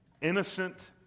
innocent